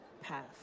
path